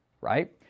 right